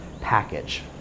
package